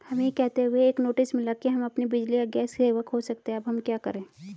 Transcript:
हमें यह कहते हुए एक नोटिस मिला कि हम अपनी बिजली या गैस सेवा खो सकते हैं अब हम क्या करें?